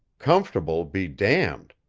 comfortable be damned!